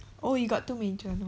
oh you got two major